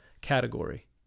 category